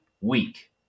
week